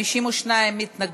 אני אתן לך